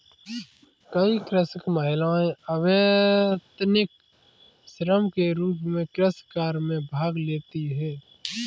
कई कृषक महिलाएं अवैतनिक श्रम के रूप में कृषि कार्य में भाग लेती हैं